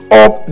up